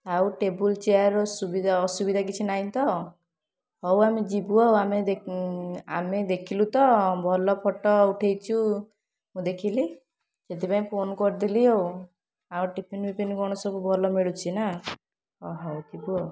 ଆଉ table chair ସୁବିଧା ଅସୁବିଧା କିଛି ନାଇଁ ତ ହଉ ଆମେ ଯିବୁ ଆଉ ଆମେ ଦେ ଆମେ ଦେଖିଲୁ ତ ଭଲ ଫଟୋ ଉଠେଇଛୁ ମୁଁ ଦେଖିଲି ସେଥିପାଇଁ ଫୋନ୍ କରିଦେଲି ଆଉ ଆଉ ଟିଫିନ୍ଫିଫିନ୍ କ'ଣ ସବୁ ଭଲ ମିଳୁଛିନା ଓ ହଉ ଯିବୁ ଆଉ